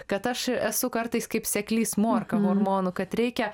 kad aš esu kartais kaip seklys morka hormonų kad reikia